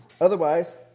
Otherwise